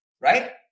Right